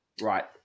right